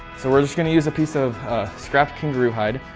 so we're just going to use a piece of scrapped kangaroo hide,